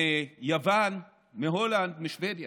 מיוון, מהולנד, משבדיה.